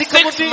Six